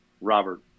Robert